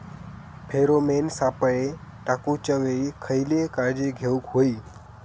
Pheromone सापळे टाकूच्या वेळी खयली काळजी घेवूक व्हयी?